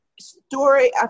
Story